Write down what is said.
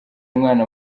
umwana